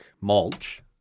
mulch